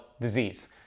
disease